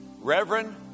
Reverend